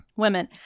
women